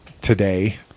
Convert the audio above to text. today